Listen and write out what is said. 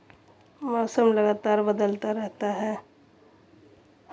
मौसम लगातार बदलता रहता है